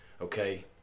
okay